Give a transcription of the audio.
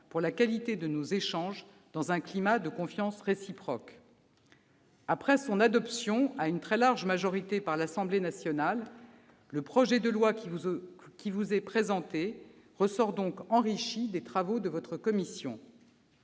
qui se sont tenus dans un climat de confiance réciproque. Très bien ! Après son adoption, à une très large majorité, par l'Assemblée nationale, le projet de loi qui vous est présenté ressort donc enrichi des travaux de votre commission.